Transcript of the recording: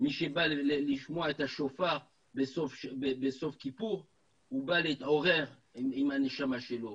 מי שבא לשמוע את השופר בסוף כיפור הוא בא להתעורר עם הנשמה שלו.